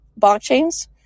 blockchains